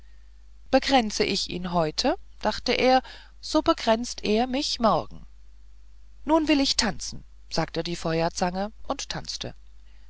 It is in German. bekränze ich ihn heute dachte er so bekränzt er mich morgen nun will ich tanzen sagte die feuerzange und tanzte